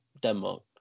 denmark